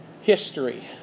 history